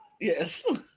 Yes